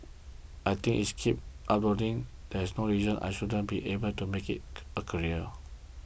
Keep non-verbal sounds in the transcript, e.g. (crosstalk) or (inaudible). I think if I keep uploading there's no reason I shouldn't be able to make it a (noise) career